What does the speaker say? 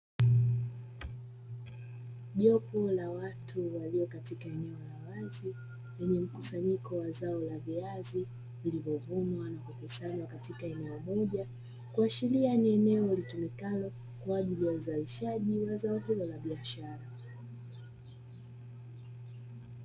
Jopo la watu walio katika eneo la wazi lenye mkusanyiko wa zao la viazi vilivyovunwa na kukusanywa katika eneo moja kuashiria ni eneo litumikalo kwaajili ya uzalishaji wa zao hilo la biashara.